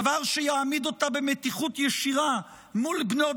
דבר שיעמיד אותה במתיחות ישירה מול בנות